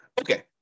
Okay